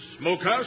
Smokehouse